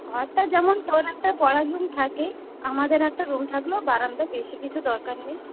ঘরটায় যেমন তোর একটা পড়ার রুম থাকে আমাদের একটা রুম থাকলো বারান্দা বেশি কিছু দরকার নেই